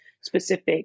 specific